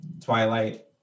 Twilight